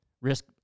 risk